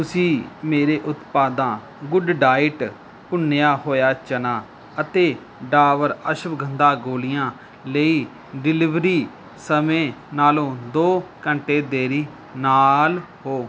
ਤੁਸੀਂ ਮੇਰੇ ਉਤਪਾਦਾਂ ਗੁੱਡਡਾਈਟ ਭੁੰਨਿਆ ਹੋਇਆ ਚਨਾ ਅਤੇ ਡਾਬਰ ਅਸ਼ਵਗੰਧਾ ਗੋਲੀਆਂ ਲਈ ਡਿਲੀਵਰੀ ਸਮੇਂ ਨਾਲੋਂ ਦੋ ਘੰਟੇ ਦੇਰੀ ਨਾਲ ਹੋ